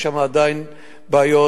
יש שם עדיין בעיות.